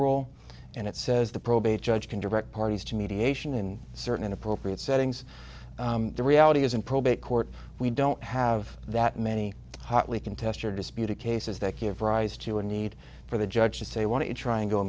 role and it says the probate judge can direct parties to mediation in certain inappropriate settings the reality is in probate court we don't have that many hotly contested disputed cases that give rise to a need for the judge to say want to try and go